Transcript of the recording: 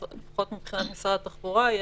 לפחות מבחינת משרד התחבורה,